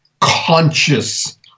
conscious